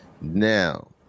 Now